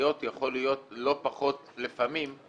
ענקיות יכול להיות, לא פחות, לפעמים,